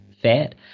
fat